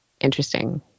interesting